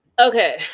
Okay